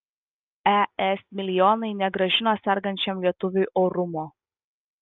es milijonai negrąžino sergančiam lietuviui orumo